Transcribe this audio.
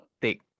thick